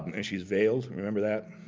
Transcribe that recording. and she's veiled. remember that?